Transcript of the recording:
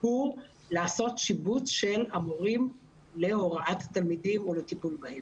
הוא לעשות שיבוץ של המורים להוראת התלמידים ולטיפול בהם.